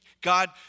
God